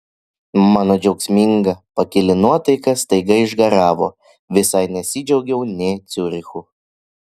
mano džiaugsminga pakili nuotaika staiga išgaravo visai nesidžiaugiau nė ciurichu